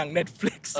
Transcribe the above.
Netflix